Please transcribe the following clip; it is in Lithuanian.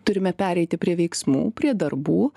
turime pereiti prie veiksmų prie darbų